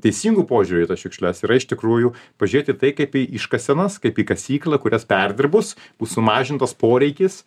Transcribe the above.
teisingų požiūrių į tas šiukšles yra iš tikrųjų pažiūrėt į tai kaip į iškasenas kaip į kasyklą kurias perdirbus bus sumažintas poreikis